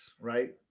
right